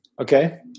Okay